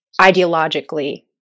ideologically